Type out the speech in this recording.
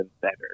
better